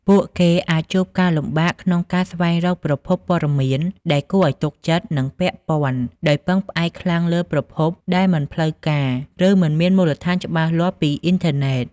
ពួកគេអាចជួបការលំបាកក្នុងការស្វែងរកប្រភពព័ត៌មានដែលគួរឱ្យទុកចិត្ត និងពាក់ព័ន្ធ ដោយពឹងផ្អែកខ្លាំងលើប្រភពដែលមិនផ្លូវការ ឬមិនមានមូលដ្ឋានច្បាស់លាស់ពីអុីនធឺណេត។